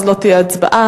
לא תהיה הצבעה.